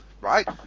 right